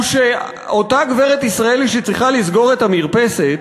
הוא שאותה גברת ישראלי שצריכה לסגור את המרפסת,